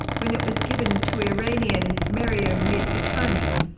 when it was given to iranian maryam mirzakhani,